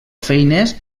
feines